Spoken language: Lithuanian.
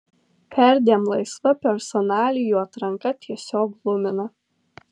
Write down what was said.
perdėm laisva personalijų atranka tiesiog glumina